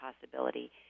possibility